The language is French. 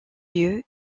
lieu